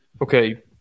Okay